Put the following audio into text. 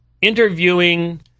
Interviewing